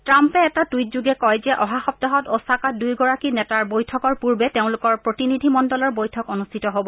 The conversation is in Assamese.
ট্টাম্পে এটা টুইট যোগে কয় যে অহা সপ্তাহত অচাকাত দুয়োগৰাকী নেতাৰ বৈঠকৰ পূৰ্বে তেওঁলোকৰ প্ৰতিনিধিমণ্ডলৰ বৈঠক অনুষ্ঠিত হ'ব